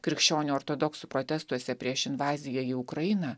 krikščionių ortodoksų protestuose prieš invaziją į ukrainą